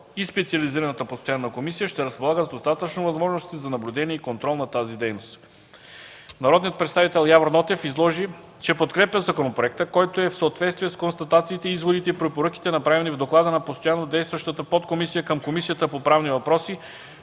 и специализираната постоянна комисия ще разполага с достатъчно възможности за наблюдение и контрол на тази дейност. Народният представител Явор Нотев изложи, че подкрепя законопроекта, който е в съответствие с констатациите, изводите и препоръките, направени в доклада на постоянно действащата подкомисия към Комисията по правни въпроси,